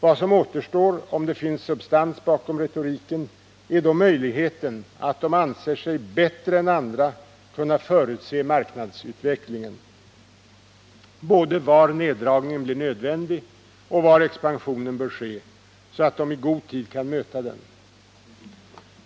Vad som återstår, om det finns någon substans bakom retoriken, är då möjligheten att de anser sig bättre än andra kunna förutse marknadsutvecklingen både när det gäller var neddragningen blir nödvändig och när det gäller var expansionen bör ske, så att de i god tid kan möta den.